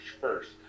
first